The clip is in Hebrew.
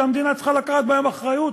שהמדינה צריכה לקחת בהם אחריות,